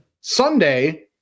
sunday